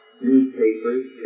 newspapers